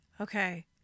okay